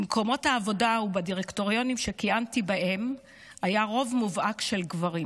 במקומות העבודה ובדירקטוריונים שכיהנתי בהם היה רוב מובהק של גברים.